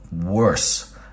worse